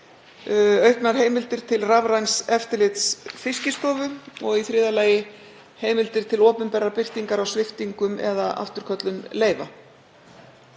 auknar heimildir til rafræns eftirlits Fiskistofu og í þriðja lagi heimildir til opinberrar birtingar á sviptingum eða afturköllun leyfa.